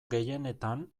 gehienetan